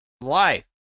life